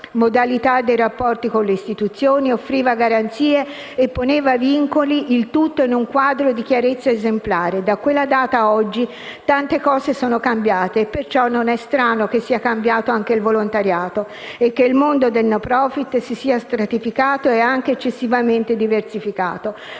modalità dei rapporti con le istituzioni, offriva garanzie e poneva vincoli, il tutto in un quadro di chiarezza esemplare. Da quella data ad oggi tante cose sono cambiate e perciò non è strano che sia cambiato anche il volontariato e che il mondo del *no profit* si sia stratificato ed anche eccessivamente diversificato.